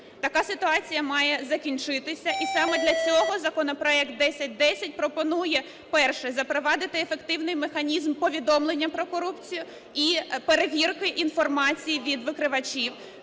Така ситуація має закінчитися. І саме для цього законопроект 1010 пропонує. Перше. Запровадити ефективний механізм повідомлення про корупцію і перевірки інформації від викривачів.